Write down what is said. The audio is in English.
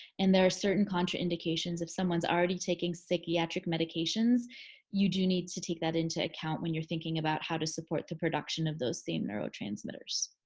and there are certain contraindications. if someone's already taking psychiatric medications you do need to take that into account when you're thinking about how to support the production of those same neurotransmitters.